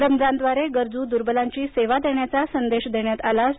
रमजानद्वारे गरजू दुर्बलांची सेवा देण्याचा संदेश देण्यातआला आहे